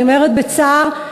אני אומרת בצער,